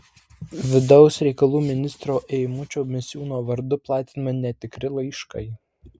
vidaus reikalų ministro eimučio misiūno vardu platinami netikri laiškai